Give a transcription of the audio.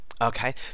Okay